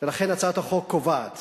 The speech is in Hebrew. הצעת החוק קובעת